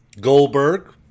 Goldberg